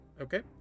Okay